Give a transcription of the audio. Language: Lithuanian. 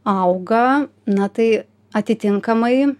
auga na tai atitinkamai